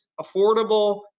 affordable